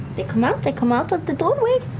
they come out. they come out of the doorway.